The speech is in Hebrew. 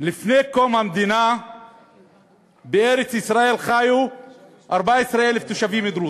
לפני קום המדינה חיו בארץ-ישראל 14,000 תושבים דרוזים.